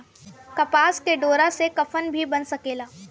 कपास के डोरा से कफन भी बन सकेला